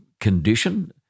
condition